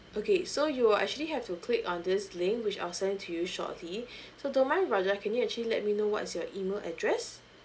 okay so you'll actually have to click on this link which I'll send to you shortly so don't mind raja can you actually let me know what is your email address